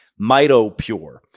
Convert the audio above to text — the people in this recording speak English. MitoPure